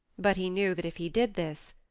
but he knew that if he did this,